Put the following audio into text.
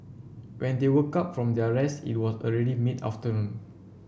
when they woke up from their rest it was already mid afternoon